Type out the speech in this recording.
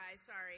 Sorry